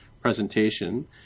presentation